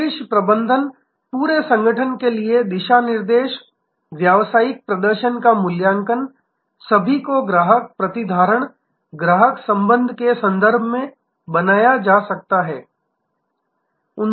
शीर्ष प्रबंधन पूरे संगठन के लिए दिशानिर्देश व्यावसायिक प्रदर्शन का मूल्यांकन सभी को ग्राहक प्रतिधारण ग्राहक संबंध के संदर्भ में बनाया जाना चाहिए